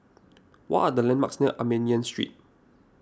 what are the landmarks near Armenian Street